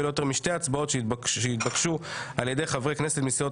לא יותר משתי הצבעות שיתבקשו על ידי חברי כנסת מסיעות